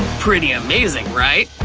pretty amazing, right?